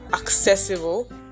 accessible